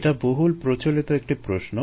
এটা বহুল প্রচলিত একটি প্রশ্ন